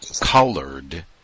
colored